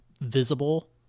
visible